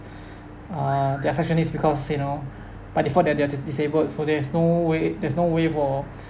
uh their sexual needs because you know by default that they are did disabled so there is no way there's no way for